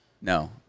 No